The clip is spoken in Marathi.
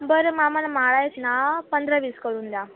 बरं मग आम्हाला माळा आहेत ना पंधरा वीस करून द्या